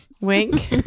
Wink